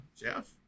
jeff